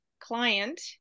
client